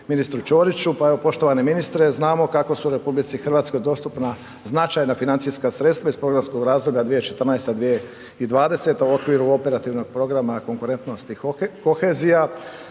ministru Čoriću, pa evo, poštovani ministre, znamo kako su u RH dostupna značajna financijska sredstva iz programskog razvoja 2014./2020. u okviru operativnog programa Konkurentnost i kohezija